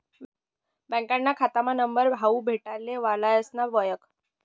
बँकाना खातामा नंबर हावू भेटले वालासना वयख